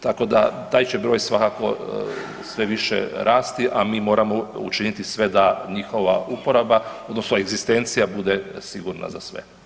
Tako da taj će broj svakako sve više rasti, a mi moramo učiniti sve da njihova uporaba, odnosno egzistencija bude sigurna za sve.